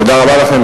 תודה רבה לכם.